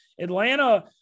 Atlanta